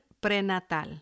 prenatal